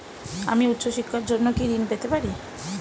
আমি উচ্চশিক্ষার জন্য কি ঋণ পেতে পারি?